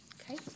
okay